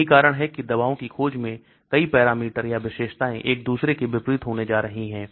यही कारण है कि दवाओं की खोज में कई पैरामीटर या विशेषताएं एक दूसरे के विपरीत होने जा रही है